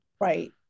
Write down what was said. Right